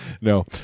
No